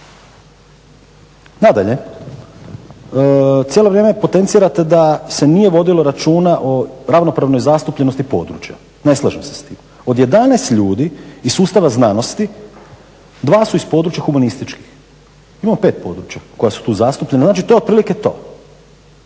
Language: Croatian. Nadalje, cijelo vrijeme potencirate da se nije vodilo računa o ravnopravnoj zastupljenosti područja. Ne slažem se s tim. Od 11 ljudi iz sustava znanosti 2 su iz područja humanističkih. Imamo 5 područja koja su tu zastupljena znači to je otprilike to.